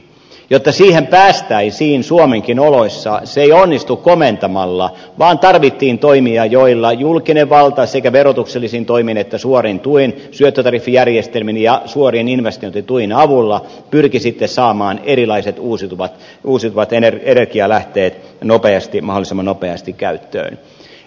jotta siihen päästäisiin suomenkin oloissa se ei onnistu komentamalla vaan tarvittiin toimia joilla julkinen valta sekä verotuksellisin toimin että suorin tuin syöttötariffijärjestelmin ja suorien investointitukien avulla pyrki saamaan erilaiset uusiutuvat energialähteet mahdollisimman nopeasti käyttöön